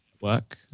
work